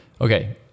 Okay